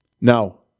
Now